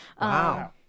Wow